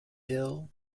ill